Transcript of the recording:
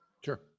Sure